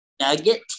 nugget